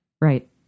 Right